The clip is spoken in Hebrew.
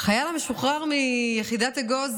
החייל המשוחרר מיחידת אגוז,